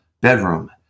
bedroom